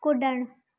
कुॾणु